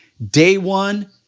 day one,